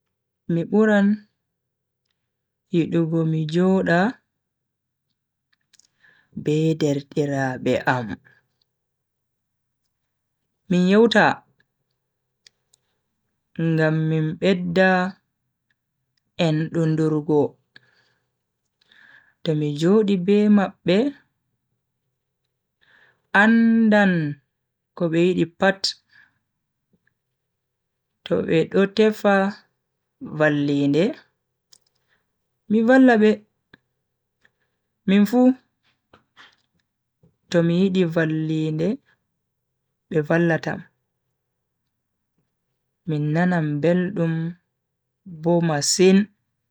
Mi buran yidugo mi joda be derdiraabe am min yewta ngam min bedda endundurgo. to mi Jodi be mabbe andan ko be yidi pat to be do tefa vallinde mi valla be, minfu to mi yidi vallinde be vallatam. min nanan beldum bo masin.